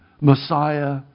Messiah